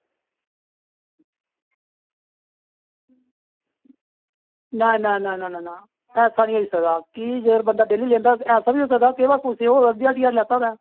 ना ना ना ना ऐसा नेईं होई सकदा कि जेकर बंदा डेली लेंदा होऐ ऐसा बी होई सकदा केह् पता कुसे होर दी हट्टी उप्परा लेता होऐ